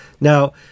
Now